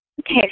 Okay